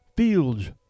Fields